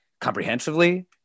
comprehensively